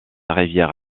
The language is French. rivière